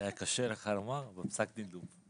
זה היה קשה לך לומר, אבל פסק דין לופו.